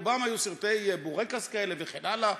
רובם היו סרטי בורקס כאלה וכן הלאה.